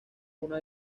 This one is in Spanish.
una